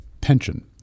pension